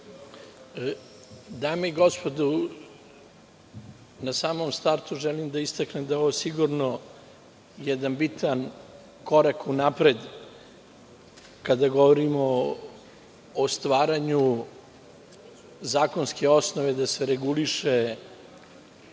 Dame i gospodo, na samom startu želim da istaknem da je ovo sigurno jedan bitan korak unapred, kada govorimo o stvaranju zakonske osnove da se reguliše